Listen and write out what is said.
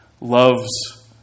loves